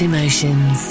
Emotions